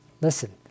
Listen